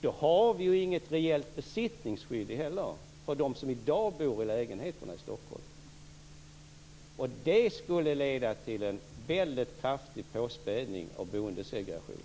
Då har vi inget reellt besittningsskydd för dem som i dag bor i lägenheterna i Stockholm. Det skulle leda till en väldigt kraftig påspädning av boendesegregationen.